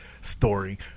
story